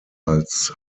als